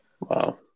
Wow